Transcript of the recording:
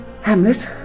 Hamlet